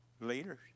leaders